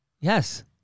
Yes